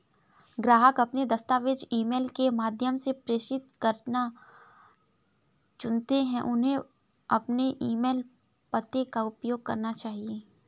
ग्राहक अपने दस्तावेज़ ईमेल के माध्यम से प्रेषित करना चुनते है, उन्हें अपने ईमेल पते का उपयोग करना चाहिए